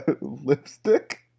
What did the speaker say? lipstick